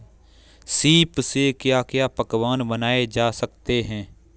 सीप से क्या क्या पकवान बनाए जा सकते हैं?